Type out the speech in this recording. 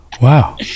Wow